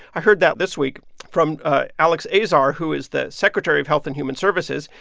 i heard that this week from ah alex azar, who is the secretary of health and human services.